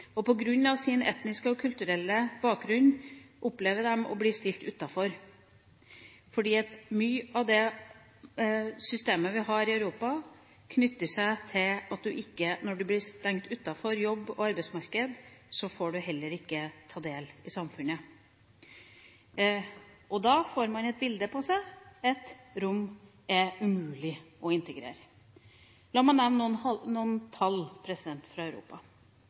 sin etniske og kulturelle bakgrunn opplever de å bli stilt utenfor, fordi mye av det systemet vi har i Europa, er slik at når man er stengt ute fra jobb og arbeidsmarked, får man heller ikke ta del i samfunnet. Da får man et bilde av at romer er umulige å integrere. La meg nevne noen tall fra Europa.